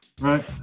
Right